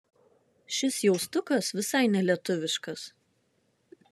šis jaustukas visai nelietuviškas